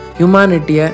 humanity